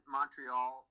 Montreal